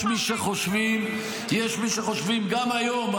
יש מי שחושבים גם היום,